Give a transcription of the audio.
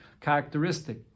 characteristic